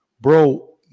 Bro